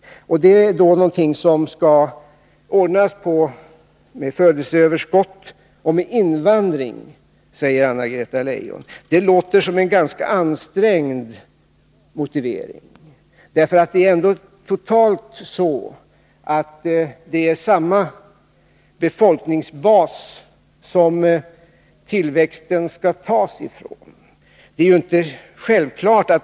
Det är någonting som skall ordnas med födelseöverskott och invandring, säger Anna-Greta Leijon. Det låter som en ganska ansträngd motivering. Det är ändå totalt samma befolkningsbas som tillväxten skall tas ifrån.